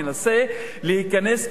מנסה להיכנס,